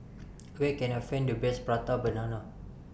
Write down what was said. Where Can I Find The Best Prata Banana